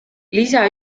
lisa